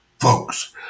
Folks